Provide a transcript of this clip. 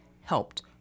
helped